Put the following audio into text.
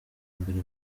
mbere